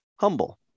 humble